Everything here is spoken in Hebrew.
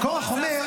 קרח אומר: